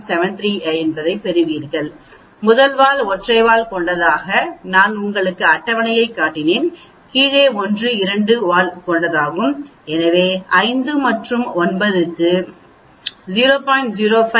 7377 ஐப் பெறுவீர்கள் முதல் வால் ஒற்றை வால் கொண்டதாக நான் உங்களுக்கு அட்டவணையைக் காட்டினேன் கீழே ஒன்று இரண்டு வால் கொண்டதாகும் எனவே 5 மற்றும் p க்கு 0